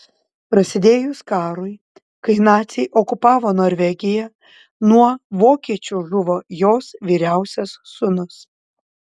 prasidėjus karui kai naciai okupavo norvegiją nuo vokiečių žuvo jos vyriausias sūnus